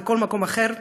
בכל מקום אחר.